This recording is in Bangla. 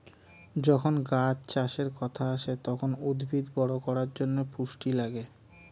যখন গাছ চাষের কথা আসে, তখন উদ্ভিদ বড় করার জন্যে পুষ্টি লাগে